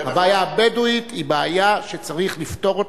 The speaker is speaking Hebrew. הבעיה הבדואית היא בעיה שצריך לפתור,